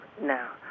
now